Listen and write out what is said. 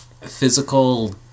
physical